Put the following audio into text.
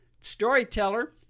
storyteller